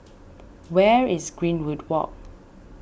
where is Greenwood Walk